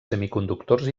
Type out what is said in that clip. semiconductors